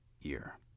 year